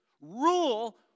rule